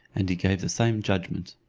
and he gave the same judgment.